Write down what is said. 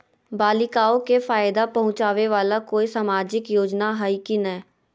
बालिकाओं के फ़ायदा पहुँचाबे वाला कोई सामाजिक योजना हइ की नय?